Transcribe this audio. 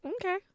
Okay